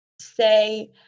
say